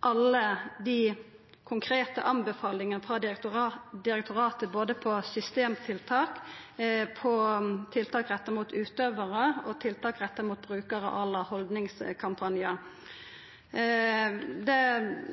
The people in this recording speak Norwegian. alle dei konkrete anbefalingane frå direktoratet både om systemtiltak, om tiltak retta mot utøvarar og tiltak retta mot brukarar, à la haldningskampanjar. Det